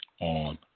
on